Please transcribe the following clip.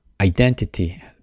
identity